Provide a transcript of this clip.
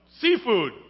seafood